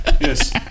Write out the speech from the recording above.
Yes